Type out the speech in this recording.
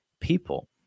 people